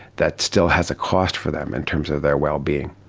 that still has a cost for them in terms of their well-being.